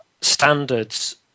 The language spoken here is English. standards